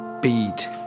beat